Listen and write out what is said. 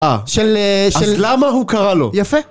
אה של אה של... אז למה הוא קרא לו? יפה